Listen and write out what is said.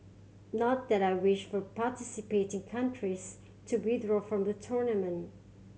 not that I wish for participating countries to withdraw from the tournament